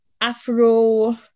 afro